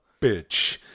bitch